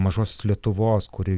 mažosios lietuvos kuri